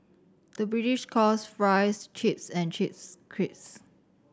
the British calls fries chips and chips crisps